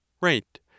right